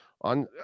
on